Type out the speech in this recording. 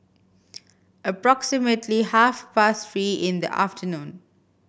approximately half past three in the afternoon